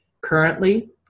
Currently